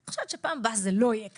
אני חושבת שבפעם הבאה זה לא יהיה כך,